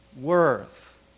Worth